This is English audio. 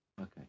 Okay